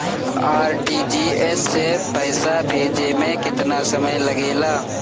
RTGS से पैसा भेजे में केतना समय लगे ला?